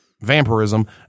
vampirism